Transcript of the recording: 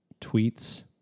tweets